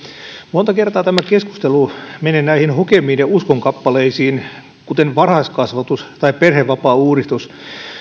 monta kertaa tämä keskustelu menee näihin hokemiin ja uskonkappaleisiin kuten varhaiskasvatus tai perhevapaauudistus